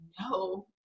No